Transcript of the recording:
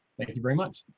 thank you very much.